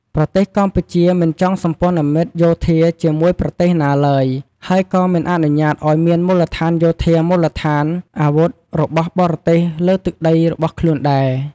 ប្រទេសកម្ពុជាមិនចងសម្ព័ន្ធមិត្តយោធាជាមួយប្រទេសណាឡើយ ហើយក៏មិនអនុញ្ញាតឱ្យ មានមូលដ្ឋានយោធាមូលដ្ឋានអាវុធរបស់បរទេសលើទឹកដីរបស់ខ្លួនដែរ។